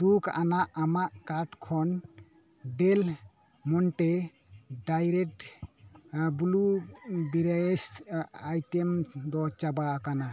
ᱫᱩᱠᱷ ᱟᱱᱟᱜ ᱟᱢᱟᱜ ᱠᱟᱴ ᱠᱷᱚᱱ ᱰᱮᱞ ᱢᱳᱱᱴᱮ ᱰᱟᱭᱨᱮᱴ ᱵᱞᱩᱵᱮᱨᱟᱭᱮᱥ ᱟᱭᱴᱮᱢ ᱫᱚ ᱪᱟᱵᱟ ᱟᱠᱟᱱᱟ